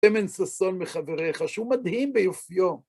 שמן ששון מחבריך שהוא מדהים ביופיו.